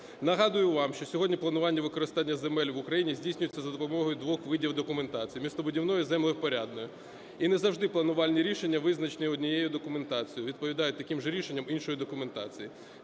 Нагадую вам, що сьогодні планування використання земель в Україні здійснюється за допомогою двох видів документації: містобудівної і землевпорядної. І не завжди планування рішення визначені однією документацією, відповідають таким же рішення іншої документації.